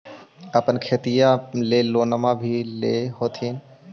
अपने खेतिया ले लोनमा भी ले होत्थिन?